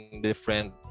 different